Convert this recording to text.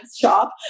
shop